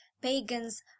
pagans